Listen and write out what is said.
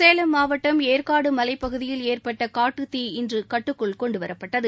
சேலம் மாவட்டம் ஏற்காடு மலைப்பகுதியில் ஏற்பட்ட காட்டுத் தீ இன்று கட்டுக்குள் கொண்டுவரப்பட்டது